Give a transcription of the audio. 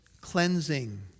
cleansing